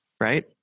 right